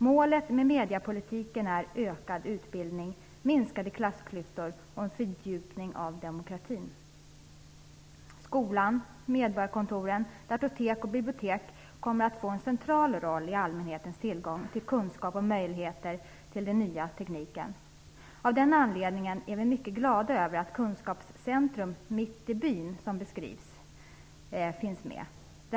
Målet för mediepolitiken är ökad utbildning, minskade klassklyftor och en fördjupning av demokratin. Skolan, medborgarkontoren, datortek och bibliotek kommer att få en central roll i allmänhetens tillgång till kunskap och möjligheter till den nya tekniken. Av den anledningen är vi mycket glada över att det beskrivna kunskapscentret Mitt i byn finns med.